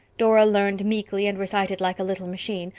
dora learned meekly and recited like a little machine,